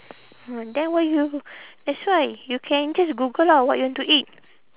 ah then why you that's why you can just google lah what you want to eat